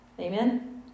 Amen